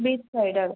beach side हवं